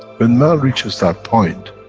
when man reaches that point,